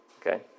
Okay